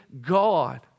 God